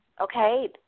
Okay